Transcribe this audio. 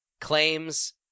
Claims